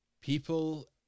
People